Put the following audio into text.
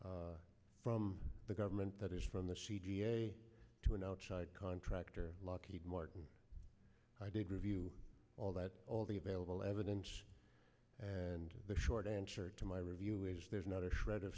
payments from the government that is from the c d a to an outside contractor lockheed martin i did review all that all the available evidence and the short answer to my review is there's not a shred